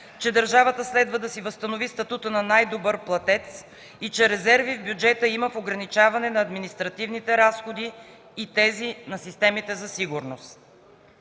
че държавата следва да си възстанови статута на най-добър платец и че резерви в бюджета има – в ограничаване на административните разходи и тези на системите за сигурност.